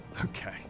Okay